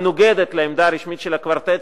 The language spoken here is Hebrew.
מנוגדת לעמדה הרשמית של הקוורטט,